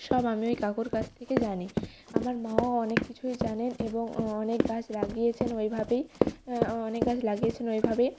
সব আমি ওই কাকুর কাছ থেকে জানি আমার মাও অনেক কিছুই জানেন এবং অনেক গাছ লাগিয়েছেন ওইভাবেই অনেক গাছ লাগিয়েছেন ওইভাবে